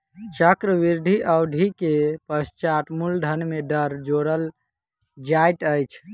चक्रवृद्धि अवधि के पश्चात मूलधन में दर जोड़ल जाइत अछि